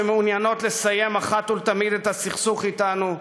שמעוניינות לסיים אחת ולתמיד את הסכסוך אתנו,